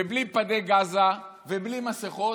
ובלי פדי גזה ובלי מסכות,